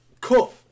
cut